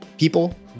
People